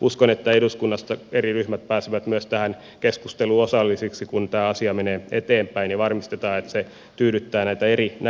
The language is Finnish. uskon että eduskunnasta eri ryhmät pääsevät myös tähän keskusteluun osallisiksi kun tämä asia menee eteenpäin ja varmistetaan että se tyydyttää näitä eri näkökulmia